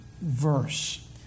verse